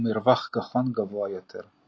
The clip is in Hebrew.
ומרווח גחון גבוה יותר.